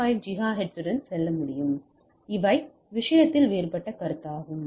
5 ஜிகாஹெர்ட்ஸுடன் செல்ல முடியும் மேலும் இவை விஷயத்தில் வேறுபட்ட கருத்தாகும்